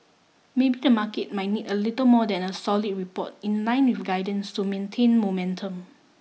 maybe the market might need a little more than a solid report in line with guidance to maintain momentum